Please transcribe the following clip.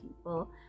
people